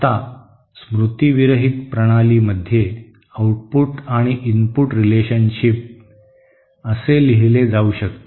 आता स्मृतीविरहित प्रणालीमध्ये आउटपुट आणि इनपुट रिलेशनशिप असे लिहिले जाऊ शकते